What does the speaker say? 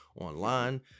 online